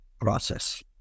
process